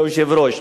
כבוד היושב-ראש.